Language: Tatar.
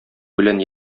белән